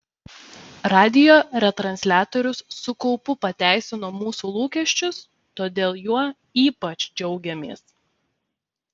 radijo retransliatorius su kaupu pateisino mūsų lūkesčius todėl juo ypač džiaugiamės